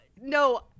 no